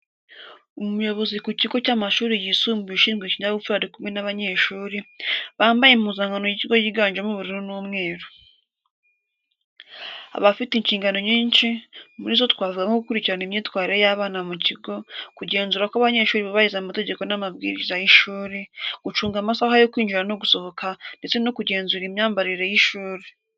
Umuyobozi ku kigo cy'amashuri yisumbuye ushinzwe ikinyabupfura ari kumwe n'abanyeshuri, bambaye impuzankano y'ikigo yiganjemo ubururu n'umweru. Aba afite inshingano nyinshi, muri zo twavuga nko gukurikirana imyitwarire y’abana mu kigo kugenzura ko abanyeshuri bubahiriza amategeko n’amabwiriza y’ishuri, gucunga amasaha yo kwinjira no gusohoka, ndetse no kugenzura imyambarire y’ishuri.